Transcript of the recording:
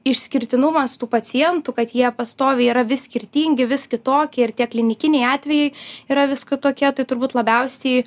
išskirtinumas tų pacientų kad jie pastoviai yra vis skirtingi vis kitokie ir tie klinikiniai atvejai yra vis kitokie tai turbūt labiausiai